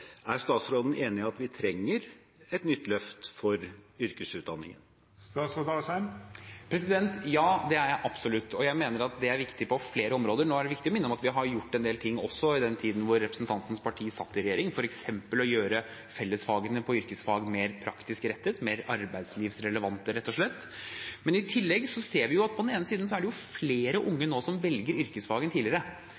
Er statsråden enig i at vi trenger et nytt løft for yrkesutdanning? Ja, det er jeg absolutt, og jeg mener det er viktig på flere områder. Nå er det viktig å minne om at vi har gjort en del ting, også i tiden da representantens parti satt i regjering, f.eks. å gjøre fellesfagene på yrkesfag mer praktisk rettet, mer arbeidslivsrelevante, rett og slett. I tillegg ser vi at på den ene siden er det flere unge